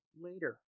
later